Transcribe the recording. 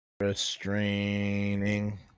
restraining